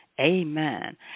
Amen